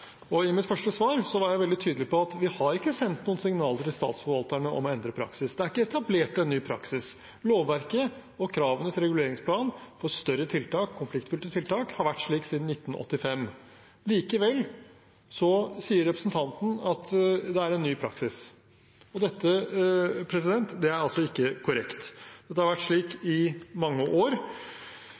I mitt første svar var jeg veldig tydelig på at vi har ikke sendt noen signaler til statsforvalterne om å endre praksis. Det er ikke etablert en ny praksis. Lovverket og kravene til reguleringsplan for større konfliktfylte tiltak har vært slik siden 1985. Likevel sier representanten at det er en ny praksis. Det er altså ikke korrekt. Det har vært slik i mange år,